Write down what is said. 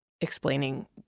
explaining